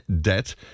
debt